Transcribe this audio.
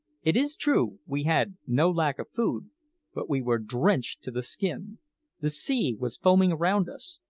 it is true we had no lack of food but we were drenched to the skin the sea was foaming round us,